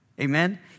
amen